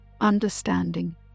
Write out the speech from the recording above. understanding